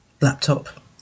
Laptop